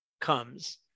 comes